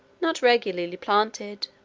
not regularly planted,